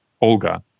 olga